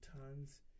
tons